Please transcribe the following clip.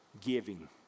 giving